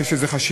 שיש לזה חשיבות,